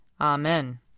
Amen